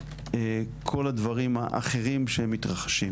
מכל הדברים האחרים שמתרחשים.